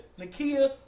Nakia